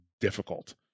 difficult